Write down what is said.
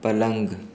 पलंग